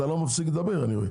אתה לא מפסיק לדבר.